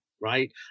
right